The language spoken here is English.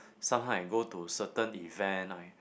somehow I go to certain event I